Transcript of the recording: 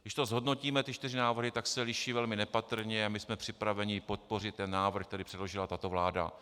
Když zhodnotíme ty čtyři návrhy, tak se liší velmi nepatrně a my jsme připraveni podpořit návrh, který předložila tato vláda.